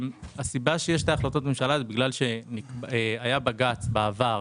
הסיבה שיש את החלטות הממשלה היא בגלל שהיה בג"ץ בעבר